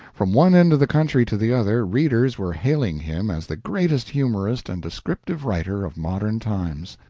from one end of the country to the other, readers were hailing him as the greatest humorist and descriptive writer of modern times.